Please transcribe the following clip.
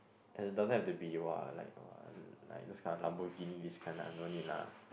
and it doesn't have to be !wah! like !wah! like those kind of Lamborghini this kind lah no need lah